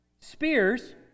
Spears